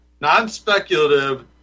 non-speculative